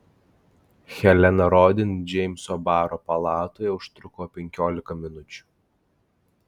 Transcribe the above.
helena rodin džeimso baro palatoje užtruko penkiolika minučių